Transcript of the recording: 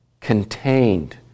contained